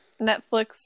Netflix